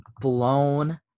blown